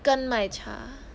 耕麦茶